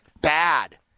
bad